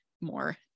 more